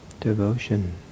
devotion